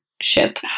Ship